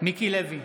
מיקי לוי,